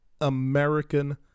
American